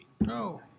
No